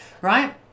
right